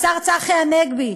השר צחי הנגבי.